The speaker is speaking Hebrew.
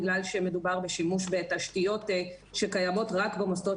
בגלל שמדובר בשימוש בתשתיות שקיימות רק במוסדות